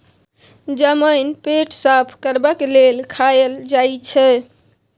जमैन पेट साफ करबाक लेल खाएल जाई छै